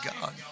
God